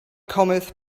cometh